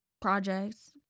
projects